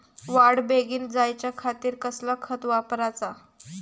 वाढ बेगीन जायच्या खातीर कसला खत वापराचा?